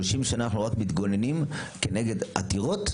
30 שנים אנחנו רק מתגוננים כנגד עתירות.